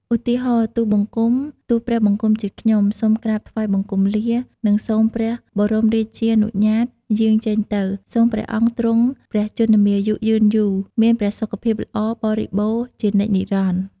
ឧទាហរណ៍ ទូលបង្គំ ទូលព្រះបង្គំជាខ្ញុំ សូមក្រាបថ្វាយបង្គំលា និងសូមព្រះបរមរាជានុញ្ញាតយាងចេញទៅ សូមព្រះអង្គទ្រង់ព្រះជន្មាយុយឺនយូរ មានព្រះសុខភាពល្អបរិបូរណ៍ជានិច្ចនិរន្តរ៍។